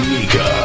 Mika